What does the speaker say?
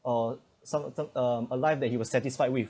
or some some um a life that he was satisfied with